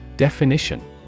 Definition